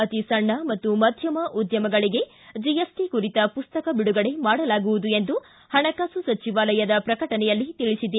ಅತಿಸಣ್ಣ ಮತ್ತು ಮಧ್ಯಮ ಉದ್ಯಮಗಳಿಗೆ ಜಿಎಸ್ಟಿ ಕುರಿತ ಪುಸ್ತಕ ಬಿಡುಗಡೆ ಮಾಡಲಾಗುವುದು ಎಂದು ಹಣಕಾಸು ಸಚಿವಾಲಯ ಪ್ರಕಟಣೆಯಲ್ಲಿ ತಿಳಿಸಿದೆ